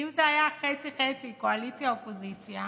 אם זה היה חצי-חצי קואליציה אופוזיציה,